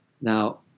Now